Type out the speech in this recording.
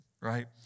right